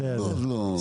אם לא, אז לא.